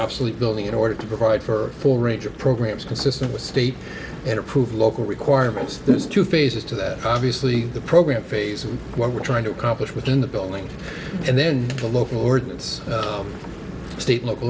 obsolete building in order to provide for full range of programs consistent with state and approved local requirements those two phases to that obviously the program phase and what we're trying to accomplish within the building and then the local ordinance state local